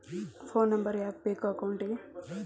Phone number ಯಾಕೆ ಬೇಕು ಅಕೌಂಟಿಗೆ?